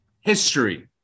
history